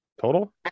Total